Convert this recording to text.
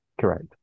Correct